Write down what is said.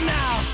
now